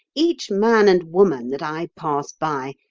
each man and woman that i pass by,